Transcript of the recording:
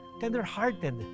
tender-hearted